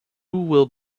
will